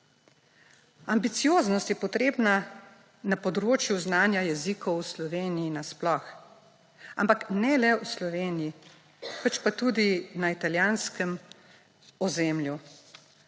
Ambicioznost je potrebna na področju znanja jezikov v Sloveniji nasploh, ampak ne le v Sloveniji, pač pa tudi na italijanskem ozemlju.